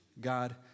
God